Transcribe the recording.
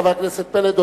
חבר הכנסת פלד,